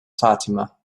fatima